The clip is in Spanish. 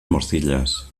morcillas